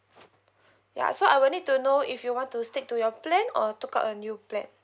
ya so I will need to know if you want to stick to your plan or took up a new plan